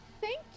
thank